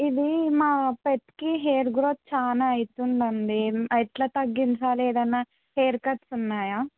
ఇది మా పెట్కి హెయిర్ గ్రోత్ చాలా అవుతుంది అండి ఎట్లా తగ్గించాలి ఏదైనా హెయిర్ కట్స్ ఉన్నాయా